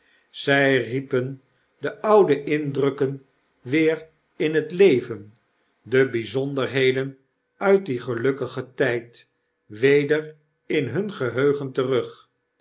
zy riepen de oude indrukken weer in het leven de byzonderheden uit dien gelukkigen tyd weder in hun geheugen terug